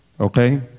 Okay